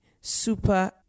super